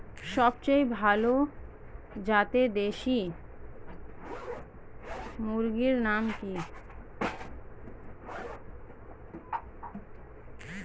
সবচেয়ে ভালো জাতের দেশি মুরগির নাম কি?